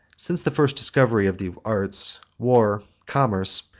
since the first discovery of the arts, war, commerce,